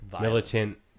militant